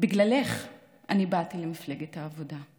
בגללך באתי למפלגת העבודה.